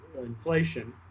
inflation